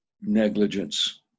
negligence